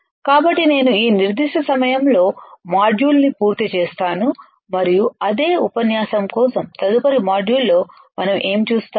కాబట్టి నేను ఈ నిర్దిష్ట సమయంలో మాడ్యూల్ను పూర్తి చేస్తాను మరియు అదే ఉపన్యాసం కోసం తదుపరి మాడ్యూల్లో మనం ఏమి చూస్తాము